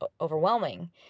overwhelming